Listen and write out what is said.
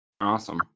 Awesome